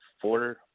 four